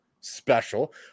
special